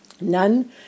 None